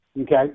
okay